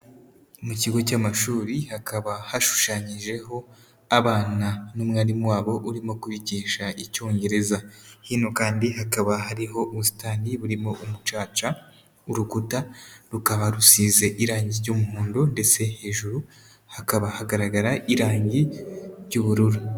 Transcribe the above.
Mu kigo cy'amashuri hakaba hashushanyijeho abana n'umwarimu wabo urimo kubigisha icyongereza. Hino kandi hakaba hariho ubusitani burimo umucaca, urukuta rukaba rusize irangi ry'umuhondo ndetse hejuru hakaba hagaragara irangi ry'ubururu.